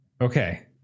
Okay